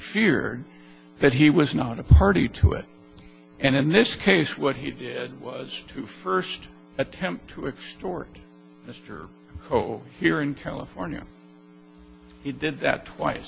feared that he was not a party to it and in this case what he did was to first attempt to extort mr o here in california he did that twice